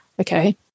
Okay